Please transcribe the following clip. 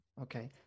okay